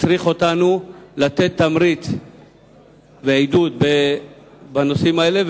מאלצות אותנו לתת תמריץ ועידוד בנושאים האלה,